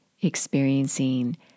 experiencing